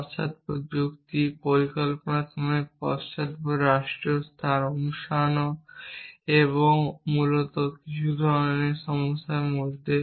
পশ্চাদপদ যুক্তি পরিকল্পনার জন্য পশ্চাদপদ রাষ্ট্রীয় স্থান অনুসন্ধান এবং মূলত কিছু ধরণের সমস্যার মধ্যে